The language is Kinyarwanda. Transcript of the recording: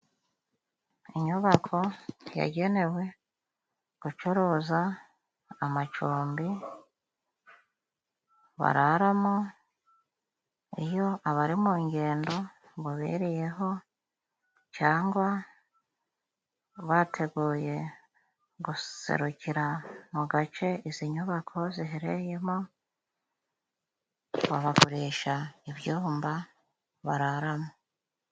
Inyubako yagenewe gucuruza amacumbi bararamo, iyo abari mu ngendo bubiriyeho cyangwa bateguye guserukira mu gace izi nyubako zihereyemo, babagurisha ibyumba bararamo.